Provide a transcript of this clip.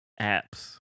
apps